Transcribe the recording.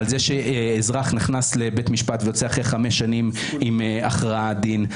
על זה שאזרח נכנס לבית משפט ויוצא אחרי חמש שנים עם הכרעת דין.